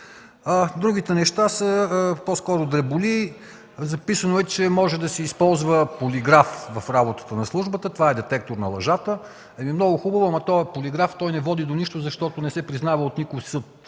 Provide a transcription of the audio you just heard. Другите неща са по-скоро дреболии. Записано е, че може да се използва полиграф в работата на службата, това е детектор на лъжата. Много хубаво, но този полиграф не води до нищо, защото не се признава от никой съд,